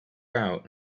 out